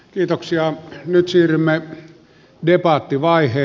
kiitoksia on nyt syötyämme diopaattivaihe